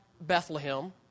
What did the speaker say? Bethlehem